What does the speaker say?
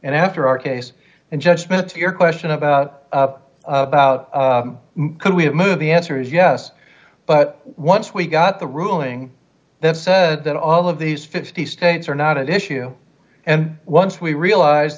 and after our case and judgment to your question about about could we have moved the answer is yes but once we got the ruling that said that all of these fifty states are not at issue and once we realized